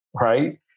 Right